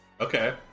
okay